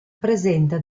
presenta